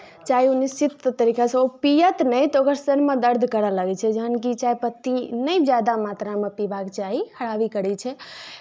चाय ओ निश्चित तरीकासँ ओ पिअत नहि तऽ ओकर सरमे दर्द करय लगै छै जखन कि चाय पत्ती नहि ज्यादा मात्रामे पीबाक चाही खराबी करै छै